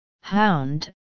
Hound